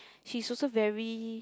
she's also very